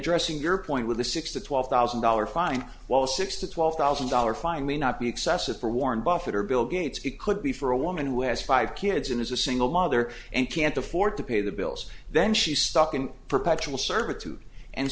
dressing your point with a six to twelve thousand dollar fine while six to twelve thousand dollars fine may not be excessive for warren buffett or bill gates it could be for a woman who has five kids and is a single mother and can't afford to pay the bills then she's stuck in perpetual servitude and